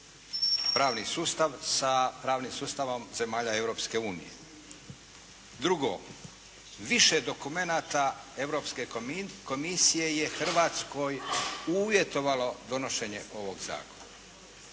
pravni sustav sa pravnim sustavom zemalja Europske unije. Drugo, više elemenata Europske komisije je Hrvatskoj uvjetovalo donošenje ovog zakona.